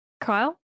Kyle